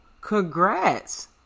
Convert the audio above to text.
congrats